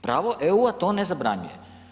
Pravo EU-a to ne zabranjuje.